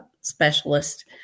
specialist